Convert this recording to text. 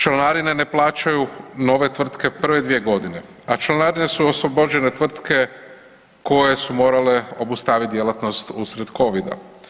Članarine ne plaćaju nove tvrtke prve dvije godine, a članarine su oslobođene tvrtke koje su morale obustavit djelatnost usred Covida.